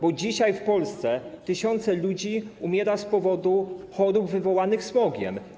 Bo dzisiaj w Polsce tysiące ludzi umiera z powodu chorób wywołanych przez smog.